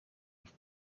ist